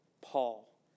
Paul